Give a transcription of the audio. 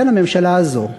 לכן הממשלה הזאת,